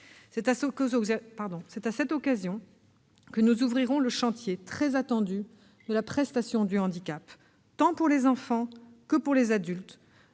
C'est à cette occasion que nous ouvrirons le chantier très attendu de la prestation du handicap, tant pour les enfants que pour les adultes,